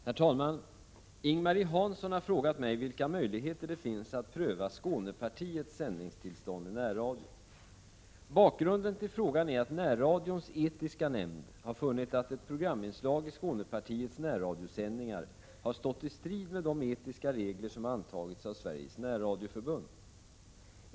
Herr talman! Ing-Marie Hansson har frågat mig vilka möjligheter det finns att pröva Skånepartiets sändningstillstånd i närradio. Bakgrunden till frågan är att Närradions etiska nämnd har funnit att ett programinslag i Skånepartiets närradiosändningar har stått i strid med de etiska regler som har antagits av Sveriges närradioförbund.